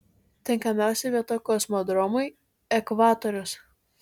tinkamiausia vieta kosmodromui ekvatorius